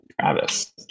Travis